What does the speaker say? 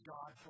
God